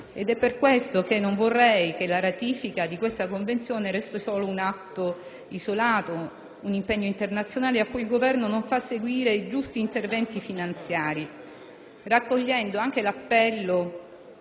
È per questo che non vorrei che la ratifica di questa Convenzione restasse solo un atto isolato, un impegno internazionale a cui il Governo non fa seguire i giusti interventi finanziari. In tal senso, vorrei raccogliere